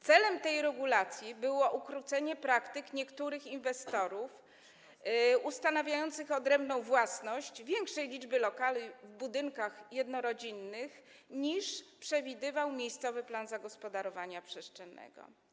Celem tej regulacji było ukrócenie praktyk niektórych inwestorów ustanawiających odrębną własność większej liczby lokali w budynkach jednorodzinnych, niż przewidywał miejscowy plan zagospodarowania przestrzennego.